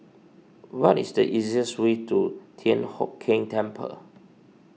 what is the easiest way to Thian Hock Keng Temple